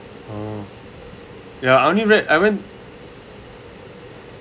oh ya I only read I meant